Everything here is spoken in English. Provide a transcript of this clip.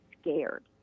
scared